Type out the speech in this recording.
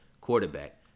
quarterback